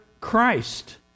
Christ